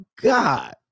God